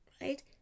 right